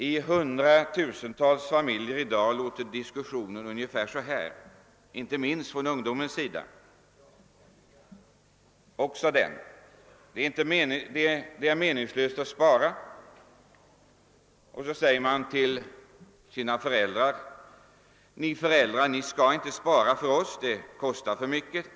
I hundratusentals familjer anser man i dag, inte minst från ungdomens sida, att det är meningslöst att spara. Man säger till sina föräldrar: »Ni skall inte spara för oss, det kostar för mycket.